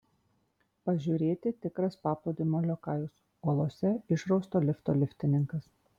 pažiūrėti tikras paplūdimio liokajus uolose išrausto lifto liftininkas